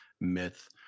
myth